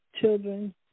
children